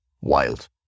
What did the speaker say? Wild